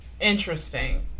Interesting